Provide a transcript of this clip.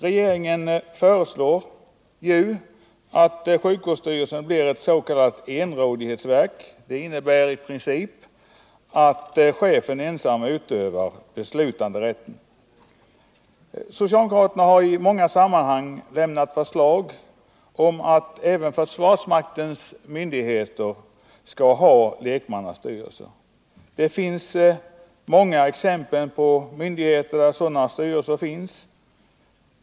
Regeringen föreslår att sjukvårdsstyrelsen blir ett s.k. enrådighetsverk. Det innebär i princip att chefen ensam utövar beslutanderätten. Socialdemokraterna har i många sammanhang lagt fram förslag om att även försvarsmaktens myndigheter skall ha lekmannastyrelser. Det finns många exempel på myndigheter där sådana styrelser finns.